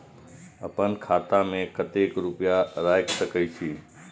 आपन खाता में केते रूपया रख सके छी?